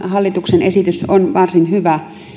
hallituksen esitys on varsin hyvä